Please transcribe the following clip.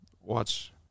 watch